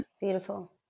Beautiful